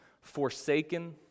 forsaken